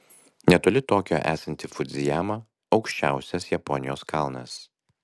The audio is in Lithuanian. netoli tokijo esanti fudzijama aukščiausias japonijos kalnas